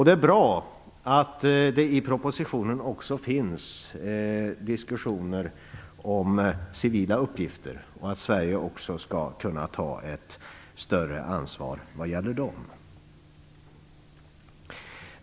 Det är bra att det också finns diskussioner om civila uppgifter i propositionen och att Sverige också skall kunna ta ett större ansvar när det gäller dem.